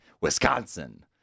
Wisconsin